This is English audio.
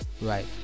right